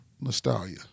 nostalgia